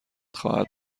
خواهد